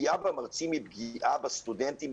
הפגיעה במרצים היא פגיעה בסטודנטים,